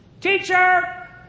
teacher